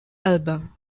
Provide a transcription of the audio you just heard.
album